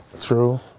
True